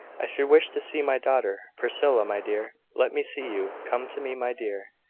i should wish to see my daughter. priscilla, my dear, let me see you. come to me, my dear.